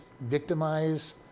victimize